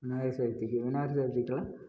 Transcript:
விநாயகர் சதுர்த்திக்கு விநாயகர் சதுர்த்திக்கெலாம்